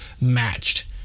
matched